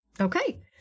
Okay